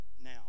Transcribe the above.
now